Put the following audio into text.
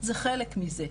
זה חלק מזה,